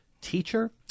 teacher